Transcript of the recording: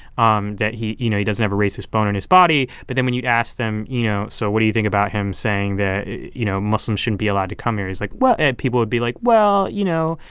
um that he you know, he doesn't have a racist bone in his body. but then when you ask them, you know, so what do you think about him saying that, you know, muslims shouldn't be allowed to come here? it's like, well people would be like, well, you know,